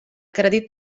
crèdit